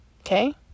Okay